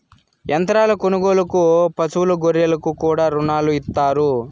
యంత్రాల కొనుగోలుకు పశువులు గొర్రెలకు కూడా రుణాలు ఇత్తారు